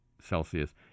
Celsius